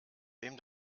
wem